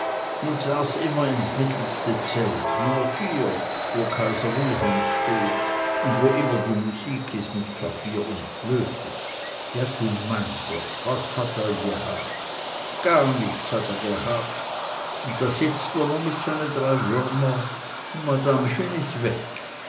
saß immer ins mittelste zelt nummer wo kaiser wilhelm steht un wo immer die musik is mit klavier un flöte ja du mein jott was hat er gehabt jar nichts hat er gehabt und da sitzt er nu mit seine drei würmer und madamchen is weg